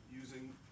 using